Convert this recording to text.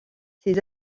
ses